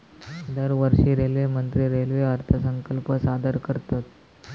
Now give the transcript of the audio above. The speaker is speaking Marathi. दरवर्षी रेल्वेमंत्री रेल्वे अर्थसंकल्प सादर करतत